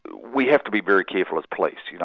we have to be very careful as police, you know